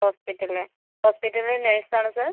ഹോസ്പിറ്റലിൽ ഹോസ്പിറ്റലിൽ നേഴ്സ് ആണോ സർ